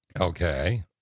Okay